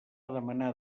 demanar